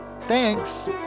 Thanks